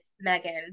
megan